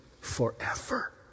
forever